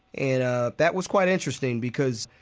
and ah that was quite interesting, because,